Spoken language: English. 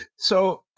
so,